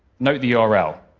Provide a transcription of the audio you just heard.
note the url.